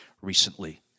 recently